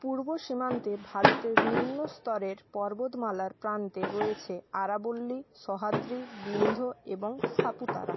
পূর্ব সীমান্তে ভারতের নিম্নস্তরের পর্বতমালার প্রান্তে রয়েছে আরাবল্লী সহ্যাদ্রি বিন্ধ্য এবং সাপুতারা